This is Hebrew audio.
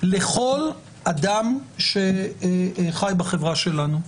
לכל אדם שחי בחברה שלנו.